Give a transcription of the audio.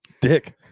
Dick